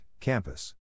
campus